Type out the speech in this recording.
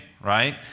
right